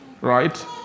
right